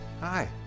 hi